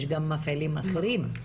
יש גם מפעילים אחרים.